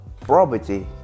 property